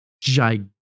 Gigantic